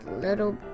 little